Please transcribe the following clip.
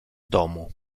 domu